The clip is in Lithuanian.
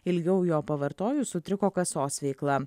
ilgiau jo pavartojus sutriko kasos veikla